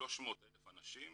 ל-300,000 אנשים,